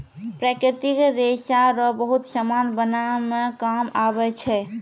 प्राकृतिक रेशा रो बहुत समान बनाय मे काम आबै छै